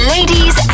Ladies